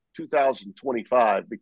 2025